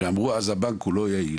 ואמרו הבנק הוא לא יעיל.